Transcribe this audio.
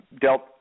dealt